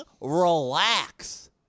relax